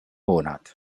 monat